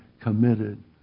committed